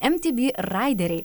emtyby raideriai